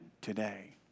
today